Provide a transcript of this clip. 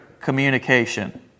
communication